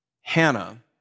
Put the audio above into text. Hannah